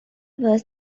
was